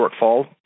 shortfall